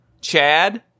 Chad